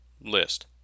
list